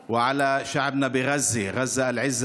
והמצב שלנו ושל עמנו ועמנו בעזה, עזה הגאה,